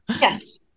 Yes